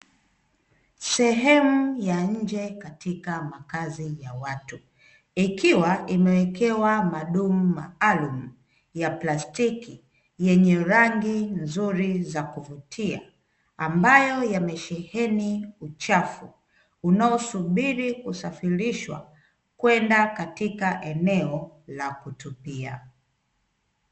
Sehemu ya nje katika makazi ya watu, ikiwa imewekewa madumu maalumu ya plastiki yenye rangi nzuri za kuvutia, ambayo yamesheheni uchafu unaosubiri kusafirishwa kwenda katika eneo la kutupia.